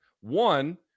One